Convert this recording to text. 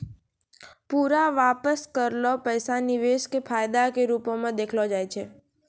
पूरा वापस करलो पैसा निवेश के फायदा के रुपो मे देखलो जाय छै